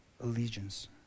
Allegiance